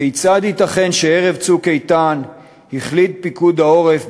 כיצד ייתכן שערב "צוק איתן" החליט פיקוד העורף,